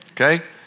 okay